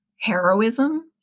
heroism